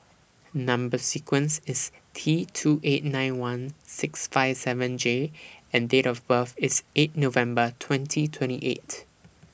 Number sequence IS T two eight nine one six five seven J and Date of birth IS eight November twenty twenty eight